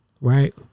right